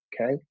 okay